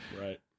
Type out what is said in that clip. Right